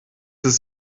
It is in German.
ist